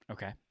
Okay